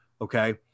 okay